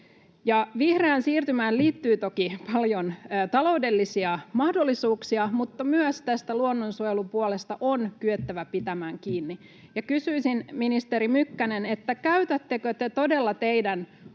Vihreään siirtymään liittyy toki paljon taloudellisia mahdollisuuksia, mutta myös tästä luonnonsuojelupuolesta on kyettävä pitämään kiinni. Kysyisin, ministeri Mykkänen: käytättekö te todella teidän